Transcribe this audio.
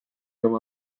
oma